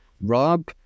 Rob